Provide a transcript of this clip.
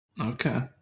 Okay